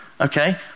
Okay